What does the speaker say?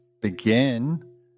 begin